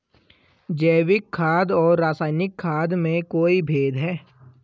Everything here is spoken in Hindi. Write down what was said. जैविक खाद और रासायनिक खाद में कोई भेद है?